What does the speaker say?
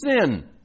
sin